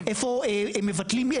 איפה מבטלים,